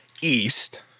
east